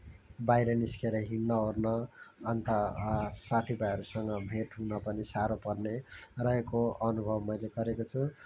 बाहिर निस्किएर हिँड्नओर्न अन्त साथीभाइहरूसँग भेट हुन पनि साह्रो पर्ने रहेको अनुभव मैले गरेको छु